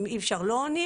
אם אי אפשר, לא עונים.